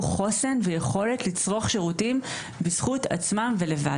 את החוסן ואת היכולת לצרוך שירותים בזכות עצמם ולבד,